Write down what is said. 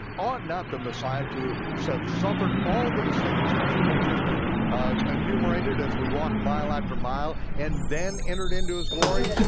ought not the messiah to have so suffered all these things that you have just ah enumerated as we walk mile after mile and then entered into his glory?